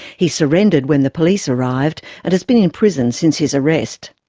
he surrendered when the police arrived and has been in prison since his arrest.